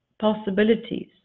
possibilities